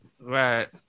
Right